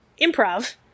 improv